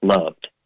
loved